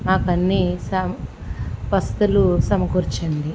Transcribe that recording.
మాకు అన్నీ స వసతులు సమకూర్చండి